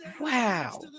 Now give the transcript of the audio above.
Wow